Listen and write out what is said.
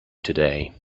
today